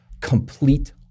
complete